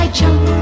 jump